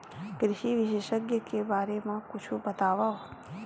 कृषि विशेषज्ञ के बारे मा कुछु बतावव?